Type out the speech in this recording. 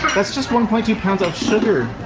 that's just one point two pounds of sugar!